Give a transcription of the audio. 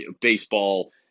baseball